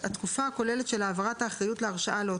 יבואו לא לרופא הבכיר של אותו